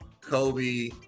Kobe